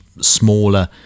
smaller